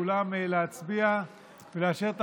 לשם, מקבלים ויקבלו גם ארוחת צוהריים,